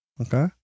Okay